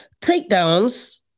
takedowns